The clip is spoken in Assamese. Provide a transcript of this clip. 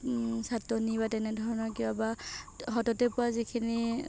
চাটনী বা তেনেধৰণৰ কিয়বা সততে পোৱা যিখিনি